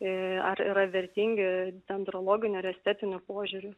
ir ar vertingi dendrologiniu ar estetiniu požiūriu